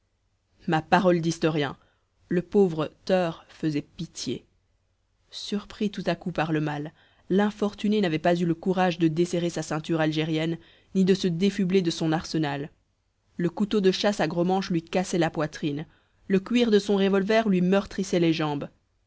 ma parole d'historien le pauvre teur faisait pitié surpris tout à coup par le mal l'infortuné n'avait pas eu le courage de desserrer sa ceinture algérienne ni de se défubler de son arsenal le couteau de chasse à gros manche lui cassait la poitrine le cuir de son revolver lui meurtrissait les jambes